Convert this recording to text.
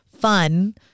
fun